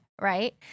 right